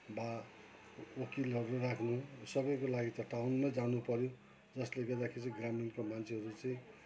वा वकिलहरू राख्नु सबैको लागि त टाउन नै जानुपऱ्यो जसले गर्दाखेरि चाहिँ ग्रामीणको मान्छेहरू चाहिँ